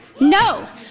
No